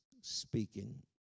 speaking